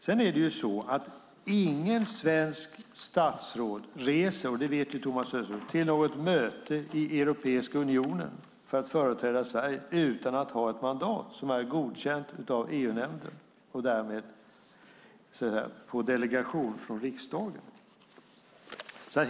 Sedan är det så att inget svenskt statsråd reser - det vet Thomas Östros - till något möte i Europeiska unionen för att företräda Sverige utan att ha ett mandat som är godkänt av EU-nämnden och därmed på delegation från riksdagen.